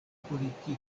politiko